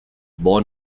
born